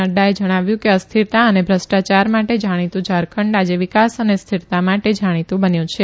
નડૃાએ જણાવ્યું કે અસ્થિરતા અને ભ્રષ્ટાચાર માટે જાણીતું ઝારખંડ આજે વિકાસ અને સ્થિરતા માટે જાણીતું બન્યું છે